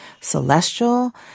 Celestial